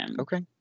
Okay